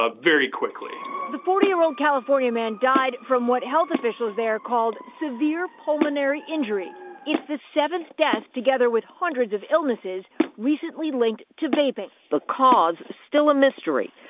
ah very quickly the forty year old california man died from what health officials there called severe pulmonary injury it's the seventh death together with hundreds of illnesses recently linked to vaping. the cause still a mystery,